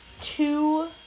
two